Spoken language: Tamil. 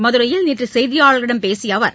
மதுரையில் நேற்று செய்தியாளர்களிடம் பேசிய அவர்